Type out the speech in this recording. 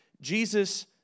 Jesus